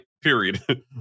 Period